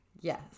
Yes